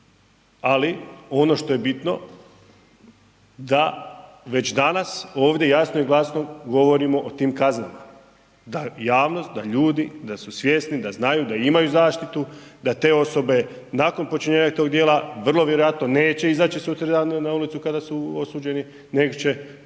Ali ono što je bitno da već danas ovdje jasno i glasno govorimo o tim kaznama da javnost, da ljudi da su svjesni, da znaju da imaju zaštitu da te osobe nakon počinjenja tog djela vrlo vjerojatno neće izaći sutradan na ulicu kada su osuđeni nego će